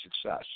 success